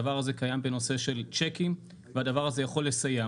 הדבר הזה קיים בנושא של צ'קים והדבר הזה יכול לסייע.